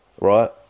right